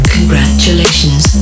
Congratulations